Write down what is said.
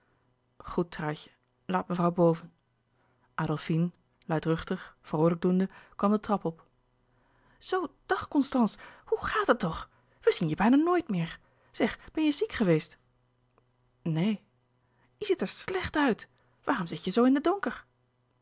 goed truitje laat mevrouw boven adolfine luidruchtig vroolijk doende kwam de trap op zoo dag constance hoe gaat het toch louis couperus de boeken der kleine zielen we zien je bijna nooit meer zeg ben je ziek geweest neen je ziet er slecht uit waarom zit je zoo in den donker